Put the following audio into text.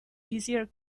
easier